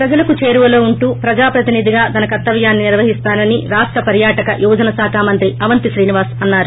ప్రజలకు చేరువలో ఉంటూ ప్రజా ప్రతినిధిగా తన కర్తవ్యాన్ని నిర్వహిస్తానని రాష్ట పర్యాటక యువజన శాఖ మంత్రి అవంతీ శ్రీనివాస్ అన్నారు